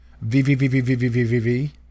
V-V-V-V-V-V-V-V-V